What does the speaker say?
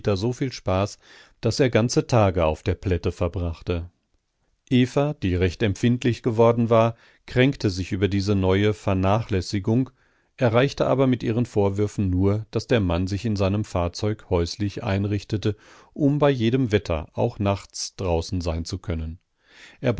so viel spaß daß er ganze tage auf der plätte verbrachte eva die recht empfindlich geworden war kränkte sich über diese neue vernachlässigung erreichte aber mit ihren vorwürfen nur daß der mann sich in seinem fahrzeug häuslich einrichtete um bei jedem wetter auch nachts draußen sein zu können